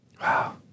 Wow